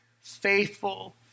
Faithful